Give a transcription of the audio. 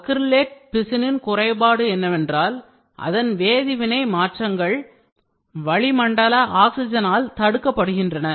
acrylate பிசினின் குறைபாடு என்னவென்றால் அதன் வேதிவினை மாற்றங்கள் வளிமண்டல ஆக்சிஜனால் தடுக்கப்படுகின்றன